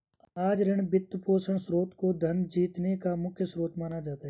आज ऋण, वित्तपोषण स्रोत को धन जीतने का मुख्य स्रोत माना जाता है